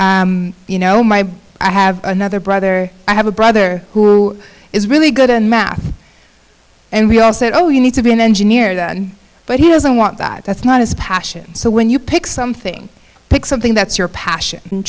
first you know my i have another brother i have a brother who is really good in math and we all said oh you need to be an engineer but he doesn't want that that's not his passion so when you pick something pick something that's your passion